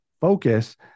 focus